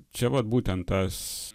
čia vat būtent tas